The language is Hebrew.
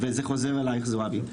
וזה חוזר אליך זועבי.